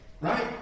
Right